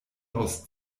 aus